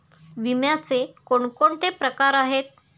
विम्याचे कोणकोणते प्रकार आहेत?